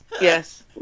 Yes